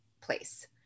place